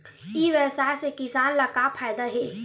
ई व्यवसाय से किसान ला का फ़ायदा हे?